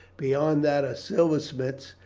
beyond that a silversmith's,